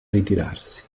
ritirarsi